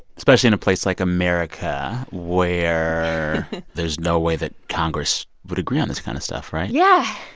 especially in a place like america, where there's no way that congress would agree on this kind of stuff, right? yeah,